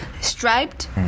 striped